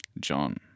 John